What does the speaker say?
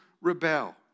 rebel